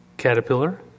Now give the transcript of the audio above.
caterpillar